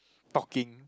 talking